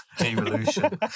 evolution